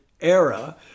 era